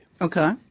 Okay